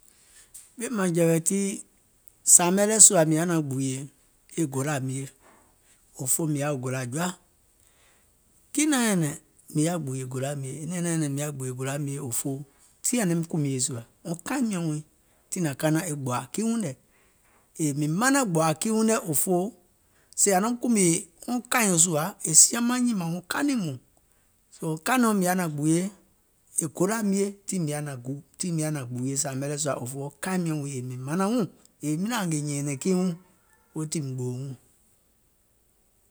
Ɓìèmȧŋjɛ̀wɛ̀ tii, sȧȧmɛ lɛɛ̀ sùȧ mìŋ yaȧ naȧŋ gbùùyè e golà mie, òfoo mìŋ yaȧ wo golȧ jɔa, kiìŋ naŋ nyɛ̀nɛ̀ŋ mìŋ yaȧ gbùùyè golȧ mie, mìŋ yaȧ gbùùyè golȧ mie òfoo tiŋ ȧŋ naim kùmìè sùà, wɔŋ kaìŋ miɔ̀ŋ wiiŋ, tiŋ naŋ kanaŋ e gbòȧ kii wɔŋ nɛ̀, yèè mìŋ manaŋ gbòȧ kii wɔŋ nɛ̀ òfoo sèè ȧŋ naum kùmìè wɔŋ kàìɔ̀ɔŋ sùȧ, è siaŋ maŋ nyìmȧŋ wɔŋ kanìŋ mɔɔ̀ŋ, soo wɔŋ kàìŋ nɔ̀ɔŋ mìŋ yaȧ naȧŋ gbuuye e gola mie tiŋ mìŋ yaȧ naȧŋ gbuuye sȧȧmɛ lɛɛ̀ sùȧ òfoo wɔŋ kaìŋ miɔ̀ŋ wiiŋ mìŋ mȧnȧŋ wuùŋ, yèè miŋ naȧŋ ngèè nyɛ̀ɛ̀nɛ̀ŋ kiiŋ wuŋ, weètiiìm gbòò wuùŋ.